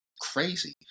crazy